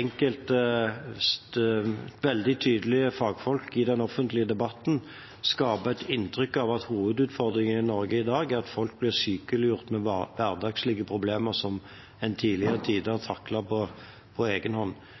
enkelte veldig tydelige fagfolk i den offentlige debatten skaper et inntrykk av at hovedutfordringen i Norge i dag er at folk blir «sykelurt» med hverdagslige problemer som en i tidligere tider taklet på egenhånd. Det mener jeg er noe som er med på